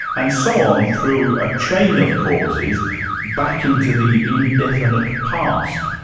and so on, through a chain of causes back into the indefinite past.